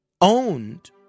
owned